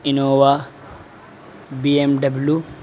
Innova BMW